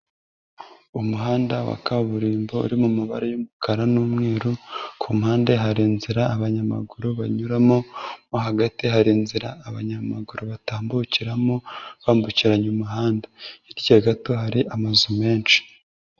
Umuhanda wa kaburimbo urimo imabare y'umukara n'umweru, ku mpande hari inzira abanyamaguru banyuramo, mo hagati hari inzira abanyamaguru batambukiramo bambukiranya umuhanda, hirya gato hari amazu menshi.